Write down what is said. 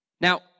Now